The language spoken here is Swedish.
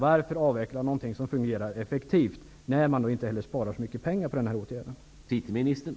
Varför avveckla någonting som fungerar effektivt när man heller inte sparar så mycket pengar genom denna åtgärd?